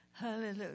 Hallelujah